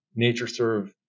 NatureServe